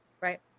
Right